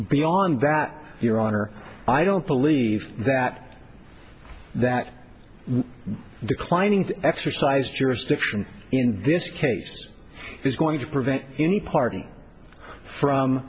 beyond that your honor i don't believe that that declining to exercise jurisdiction in this case is going to prevent any party from